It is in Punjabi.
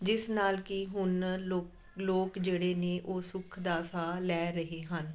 ਜਿਸ ਨਾਲ ਕਿ ਹੁਣ ਲੋ ਲੋਕ ਜਿਹੜੇ ਨੇ ਉਹ ਸੁੱਖ ਦਾ ਸਾਹ ਲੈ ਰਹੇ ਹਨ